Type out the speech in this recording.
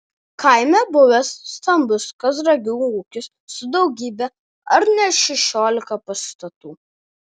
kaime buvęs stambus kazragių ūkis su daugybe ar ne šešiolika pastatų